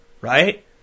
right